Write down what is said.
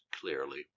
clearly